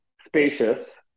spacious